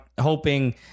hoping